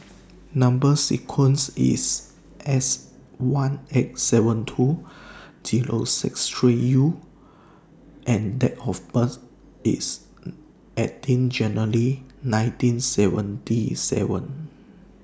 Number sequence IS S one eight seven two Zero six three U and Date of birth IS eighteen January nineteen seventy seven